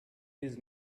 his